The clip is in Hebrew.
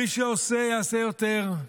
מי שעושה יעשה יותר,